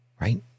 right